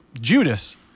Judas